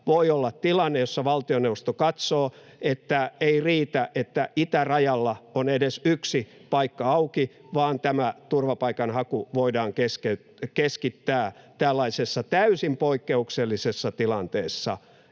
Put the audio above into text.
voi olla tilanne, jossa valtioneuvosto katsoo, että ei riitä, että itärajalla on edes yksi paikka auki, vaan turvapaikanhaku voidaan keskittää tällaisessa täysin poikkeuksellisessa tilanteessa